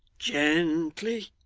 gently.